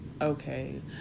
okay